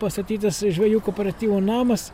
pastatytas žvejų kooperatyvo namas